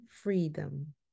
freedom